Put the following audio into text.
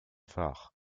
phare